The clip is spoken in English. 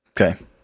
Okay